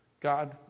God